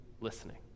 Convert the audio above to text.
listening